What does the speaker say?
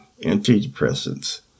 antidepressants